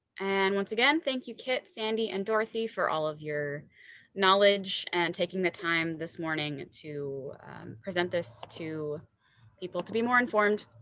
and once again, thank you. kit sandy and dorothy for all of your knowledge and taking the time this morning and to present this to people to be more informed.